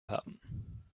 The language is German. haben